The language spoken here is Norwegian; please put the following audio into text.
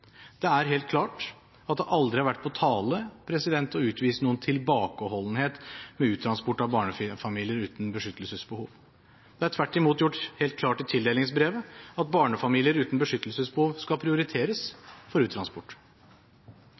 Det er helt klart at det aldri har vært på tale å utvise noen tilbakeholdenhet ved uttransport av barnefamilier uten beskyttelsesbehov. Det er tvert imot gjort helt klart i tildelingsbrevet at barnefamilier uten beskyttelsesbehov skal prioriteres for uttransport.